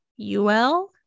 ul